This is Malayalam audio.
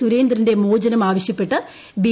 സുരേന്ദ്രന്റെ മോചനം ആവശ്യപ്പെട്ടു ബി